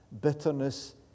bitterness